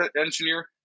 engineer